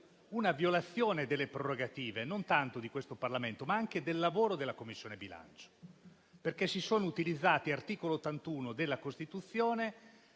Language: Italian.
una violazione delle prerogative non tanto di questo Parlamento, ma anche del lavoro della Commissione bilancio, perché è stato utilizzato quanto disposto dall'articolo 81 della Costituzione,